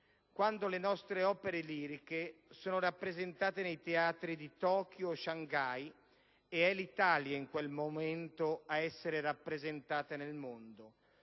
quando le nostre opere liriche sono rappresentate nei teatri di Tokyo e Shanghai, ed è l'Italia in quel momento ad essere rappresentata nel mondo,